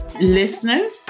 listeners